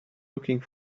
looking